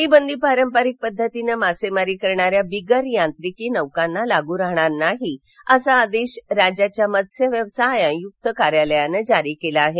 ही बंदी पारंपरिक पद्धतीने मासेमारी करणाऱ्या बिगर यांत्रिकी नौकांना लागू राहणार नाही असा आदेश राज्याच्या मत्स्यव्यवसाय आयुक्त कार्यालयानं जारी केला आहे